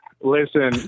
Listen